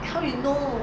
how you know